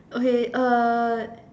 okay uh